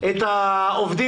את יכולה